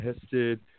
tested